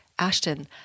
Ashton